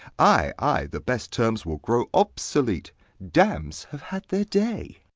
ay, ay, the best terms will grow obsolete damns have had their day.